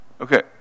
Okay